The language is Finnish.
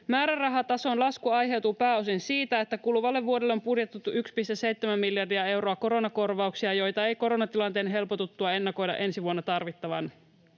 Määrärahatason lasku aiheutuu pääosin siitä, että kuluvalle vuodelle on budjetoitu 1,7 miljardia euroa koronakorvauksia, joita ei koronatilanteen helpotuttua ennakoida ensi vuonna tarvittavan.